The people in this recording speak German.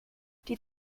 die